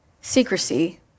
secrecy